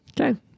Okay